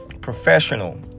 professional